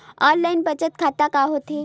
Online बचत खाता का होथे?